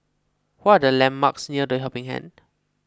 what are the landmarks near the Helping Hand